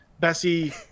Bessie